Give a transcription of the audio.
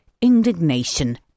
indignation